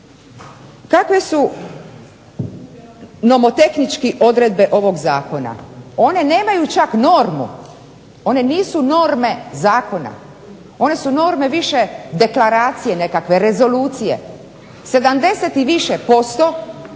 Kakve su nomotehnički odredbe ovog Zakona? One nemaju čak normu, one nisu norme zakona. One su norme više deklaracije nekakve, rezolucije. 70 i više posto